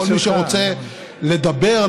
כל מי שרוצה לדבר,